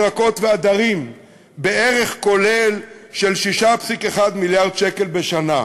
ירקות והדרים בערך כולל של 6 מיליארד ו-100 מיליון שקלים בשנה.